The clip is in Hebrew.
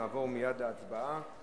נעבור מייד להצבעה.